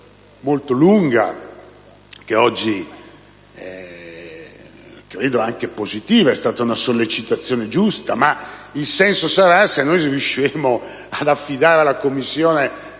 molto lunga, di oggi (credo anche positiva, perché è stata una sollecitazione giusta) avrà un senso se riusciremo ad affidare alla Commissione